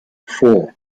four